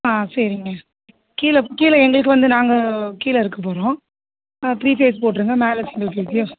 ஆ சரிங்க கீழே கீழே எங்களுக்கு வந்து நாங்கள் கீழே இருக்க போகிறோம் ஆ த்ரீ பேஸ் போட்டிருங்க மேலே சிங்கிள் பேஸ்